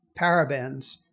parabens